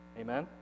Amen